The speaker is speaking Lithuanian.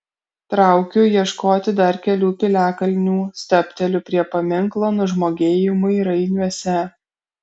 traukiu ieškoti dar kelių piliakalnių stabteliu prie paminklo nužmogėjimui rainiuose